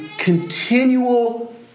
continual